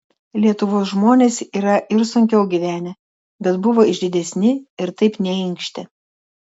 lietuvos žmonės yra ir sunkiau gyvenę bet buvo išdidesni ir taip neinkštė